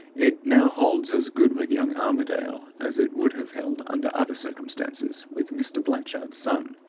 it now holds as good with young armadale as it would have held under other circumstances with mr. blanchard's son.